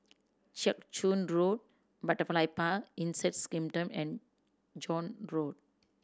Jiak Chuan Road Butterfly Park Insect Kingdom and Joan Road